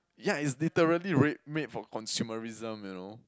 yeah it's literally r~ made for consumerism you know